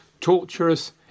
torturous